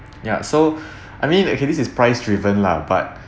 ya so I mean okay this is price driven lah but